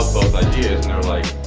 ideas and they're like